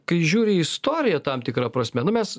kai žiūri į istoriją tam tikra prasme nu mes